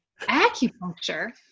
Acupuncture